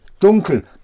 dunkel